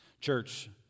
Church